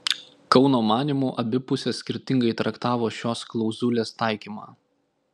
kauno manymu abi pusės skirtingai traktavo šios klauzulės taikymą